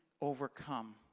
overcome